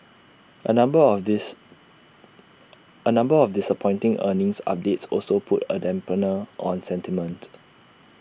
A number of dis A number of disappointing earnings updates also put A dampener on sentiment